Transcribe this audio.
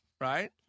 right